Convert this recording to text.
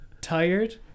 tired